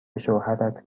شوهرت